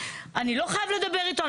אני לא חייב לדבר איתו,